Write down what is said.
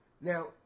Now